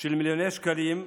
של מיליוני שקלים,